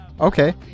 okay